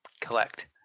collect